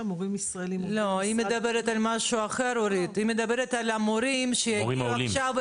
אם אתם באמת רוצים לעזור, תעשו את זה רק